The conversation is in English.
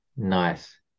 Nice